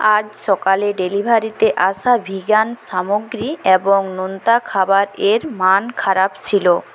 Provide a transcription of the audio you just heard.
আজ সকালে ডেলিভারিতে আসা ভিগান সামগ্রী এবং নোনতা খাবার এর মান খারাপ ছিল